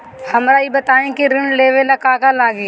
हमरा ई बताई की ऋण लेवे ला का का लागी?